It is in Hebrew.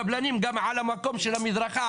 קבלנים גם על המקום של המדרכה,